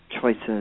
choices